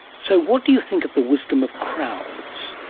so what do you think of the wisdom of crowds?